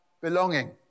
belonging